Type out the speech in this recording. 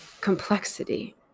complexity